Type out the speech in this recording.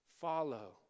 follow